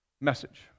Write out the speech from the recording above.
message